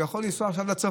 הוא יכול עכשיו לנסוע לצפון,